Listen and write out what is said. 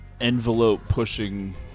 envelope-pushing